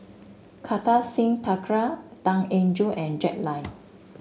Kartar Singh Thakral Tan Eng Joo and Jack Lai